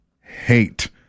hate